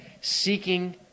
seeking